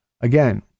Again